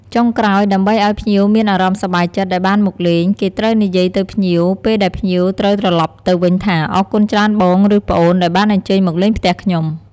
ចុងក្រោយ ដើម្បីឲ្យភ្ញៀវមានអារម្មណ៍សប្បាយចិត្តដែលបានមកលេង គេត្រូវនិយាយទៅភ្ញៀវពេលដែលភ្ញៀវត្រូវត្រឡប់ទៅវិញថា អរគុណច្រើនបងឬប្អូន ដែលបានអញ្ជើញមកលេងផ្ទះខ្ញុំ!។